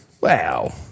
Wow